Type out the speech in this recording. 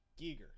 Giger